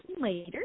later